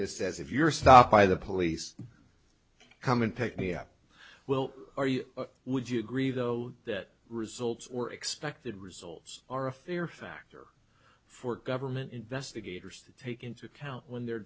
this as if you're stopped by the police come and pick me up well would you agree though that results or expected results are a fear factor for government investigators to take into account when they're